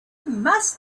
must